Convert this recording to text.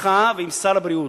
אתך ועם שר הבריאות,